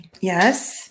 Yes